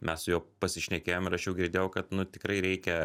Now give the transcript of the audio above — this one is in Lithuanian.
mes su juo pasišnekėjom ir aš jau girdėjau kad nu tikrai reikia